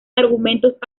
argumentos